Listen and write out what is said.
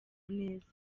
neza